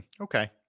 Okay